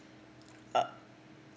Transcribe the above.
err